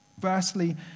Firstly